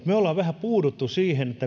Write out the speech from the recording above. me olemme vähän puutuneet siihen